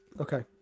Okay